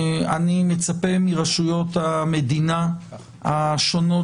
אני מצפה מרשויות המדינה השונות,